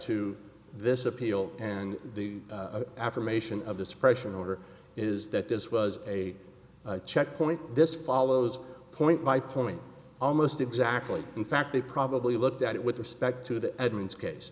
to this appeal and the affirmation of the suppression order is that this was a check point this follows point by point almost exactly in fact they probably looked at it with respect to the edmunds case